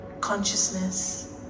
consciousness